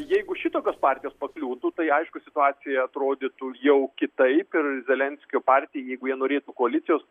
jeigu šitokios partijos pakliūtų tai aišku situacija atrodytų jau kitaip ir zelenskio partija jeigu jie norėtų koalicijos